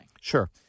Sure